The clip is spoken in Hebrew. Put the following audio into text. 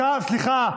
הוא ישב, סליחה.